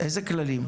איזה כללים?